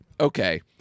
okay